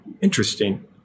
interesting